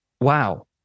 wow